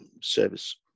service